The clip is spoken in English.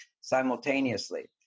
simultaneously